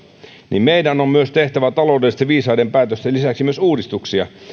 niin meidän on tehtävä taloudellisesti viisaiden päätösten lisäksi myös uudistuksia